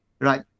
right